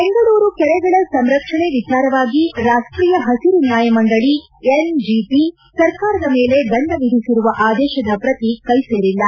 ಬೆಂಗಳೂರು ಕೆರೆಗಳ ಸಂರಕ್ಷಣೆ ವಿಚಾರವಾಗಿ ರಾಷ್ಟೀಯ ಪಸಿರು ನ್ಯಾಯಮಂಡಳಿ ಎನ್ಜೆಟಿ ಸರ್ಕಾರದ ಮೇಲೆ ದಂಡ ವಿಧಿಸಿರುವ ಆದೇಶದ ಪ್ರತಿ ಕೈ ಸೇರಿಲ್ಲ